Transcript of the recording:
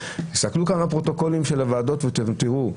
הסתכלו כאן בפרוטוקולים של הוועדות ואתם תראו.